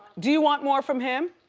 do you want more from him?